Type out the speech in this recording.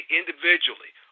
individually